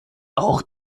auch